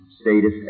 status